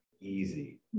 easy